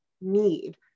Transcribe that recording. need